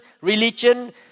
religion